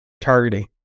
targeting